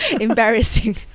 embarrassing